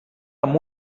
amb